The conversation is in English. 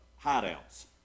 hideouts